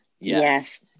Yes